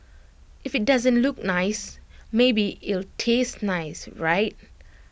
if IT doesn't look nice maybe it'll taste nice right